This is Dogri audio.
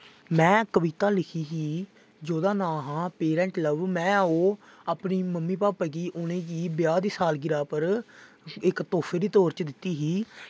मैं कविता लिखी ही जेह्दा नांऽ हा पेरैंटस लव मैं ओह् अपने मम्मी पापा गी उ'नें गी ब्याह् दी सालगिरा पर इक तोह्फे दे तौर पर दित्ती ही